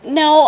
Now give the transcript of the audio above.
no